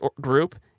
group